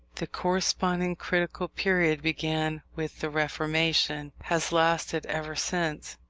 the corresponding critical period began with the reformation, has lasted ever since,